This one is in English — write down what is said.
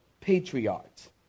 patriarchs